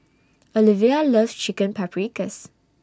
Olevia loves Chicken Paprikas